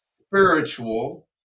spiritual